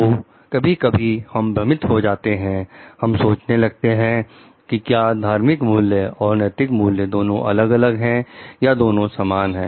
तो कभी कभी हम भ्रमित हो जाते हैं हम सोचने लगते हैं कि क्या धार्मिक मूल्य और नैतिक मूल्य दोनों अलग अलग हैं या दोनों समान है